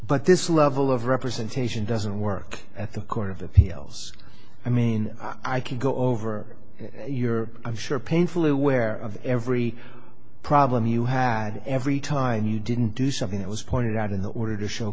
but this level of representation doesn't work at the court of appeals i mean i can go over your i'm sure painfully aware of every problem you had every time you didn't do something it was pointed out in the order to show